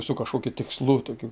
su kažkokiu tikslu tokiu